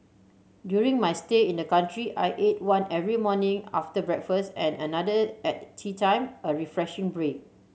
during my stay in the country I ate one every morning after breakfast and another at teatime a refreshing break